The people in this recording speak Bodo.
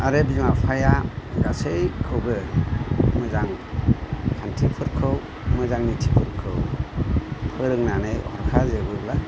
आरो बिमा बिफाया गासैखौबो मोजां खान्थिफोरखौ मोजां नितिफोरखौ फोरोंनानै हरखाजोबोब्ला